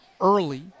early